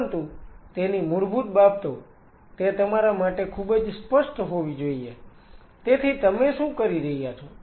પરંતુ તેની મૂળભૂત બાબતો તે તમારા માટે ખૂબ જ સ્પષ્ટ હોવી જોઈએ તેથી તમે શું કરી રહ્યા છો